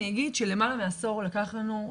אני אגיד שלמעלה מעשור לקח לנו,